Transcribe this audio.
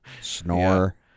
Snore